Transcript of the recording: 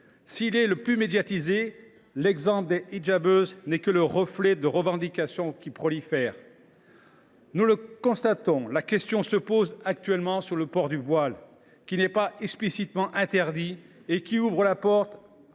s’il est le plus médiatisé, l’exemple des « hijabeuses » n’est que le reflet de revendications qui prolifèrent. Nous le constatons : une question se pose actuellement au sujet du port du voile, qui n’est pas explicitement interdit. Il ouvre